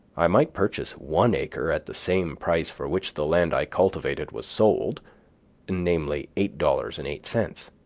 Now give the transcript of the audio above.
i might purchase one acre at the same price for which the land i cultivated was sold namely, eight dollars and eight cents.